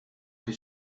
que